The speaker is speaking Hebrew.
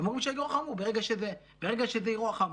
הם אומרים שזה אירוע חמור.